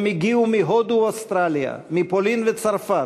הם הגיעו מהודו ואוסטרליה, מפולין וצרפת,